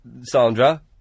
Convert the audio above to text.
Sandra